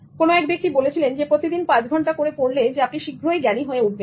কোন এক ব্যক্তি বলেছিলেন প্রতিদিন 5 ঘন্টা করে পড়লে আপনি শীঘ্রই জ্ঞানী হয়ে উঠবেন